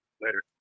Later